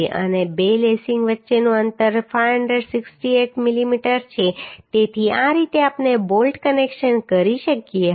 અને બે લેસિંગ વચ્ચેનું અંતર 568 મિલીમીટર છે તેથી આ રીતે આપણે બોલ્ટ કનેક્શન કરી શકીએ